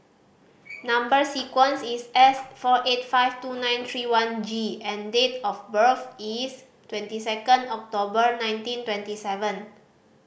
number sequence is S four eight five two nine three one G and date of birth is twenty second October nineteen twenty seven